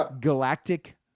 galactic